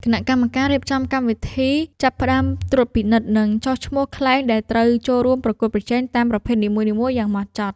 គណៈកម្មការរៀបចំកម្មវិធីចាប់ផ្ដើមត្រួតពិនិត្យ និងចុះឈ្មោះខ្លែងដែលត្រូវចូលរួមប្រកួតប្រជែងតាមប្រភេទនីមួយៗយ៉ាងហ្មត់ចត់។